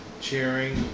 cheering